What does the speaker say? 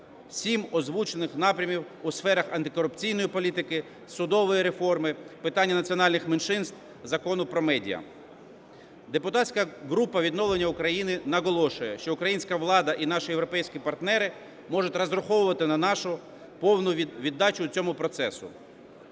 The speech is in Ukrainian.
сім озвучених напрямів у сферах антикорупційної політки, судової реформи, питання національних меншинств, Закону про медіа. Депутатська група "Відновлення України" наголошує, що українська влада і наші європейські партнери можуть розраховувати на нашу повну віддачу цьому процесу.